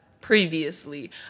previously